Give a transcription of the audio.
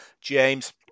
James